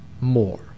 more